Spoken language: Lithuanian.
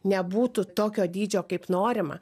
nebūtų tokio dydžio kaip norima